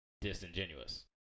disingenuous